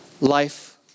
life